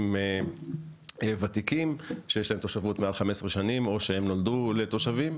בתושבים ותיקים שיש להם תושבות מעל 15 שנים או שהם נולדו לתושבים.